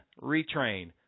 retrain